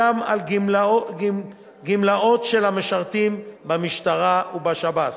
גם על גמלאות של המשרתים במשטרה ובשב"ס.